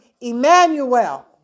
Emmanuel